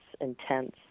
intense